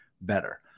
better